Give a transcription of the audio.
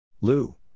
Lou